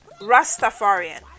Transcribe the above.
Rastafarian